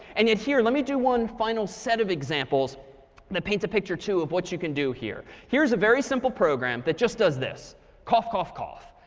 and yet here, let me do one final set of examples that paints a picture too of what you can do here. here's a very simple program that just does this cough, cough, cough.